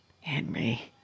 Henry